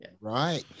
Right